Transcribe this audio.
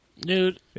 dude